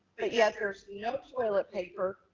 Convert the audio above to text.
but yet, there's no toilet paper,